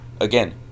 again